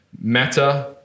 matter